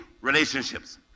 relationships